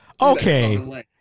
okay